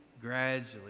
gradually